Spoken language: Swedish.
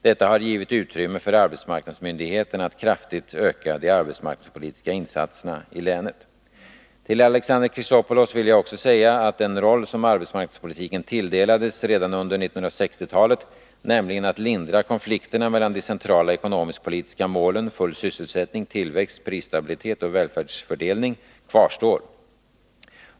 Detta har givit utrymme för arbetsmarknadsmyndigheterna att kraftigt öka de arbetsmarknadspolitiska insatserna i länet. Till Alexander Chrisopoulos vill jag också säga att den roll som arbetsmarknadspolitiken tilldelades redan under 1960-talet, nämligen att lindra konflikterna mellan de centrala ekonomisk-politiska målen full sysselsättning, tillväxt, prisstabilitet och välfärdsfördelning, kvarstår.